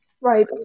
Right